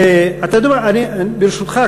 ברשותך,